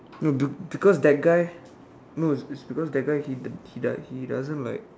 no be because that guy no it's because that guy he he doesn't like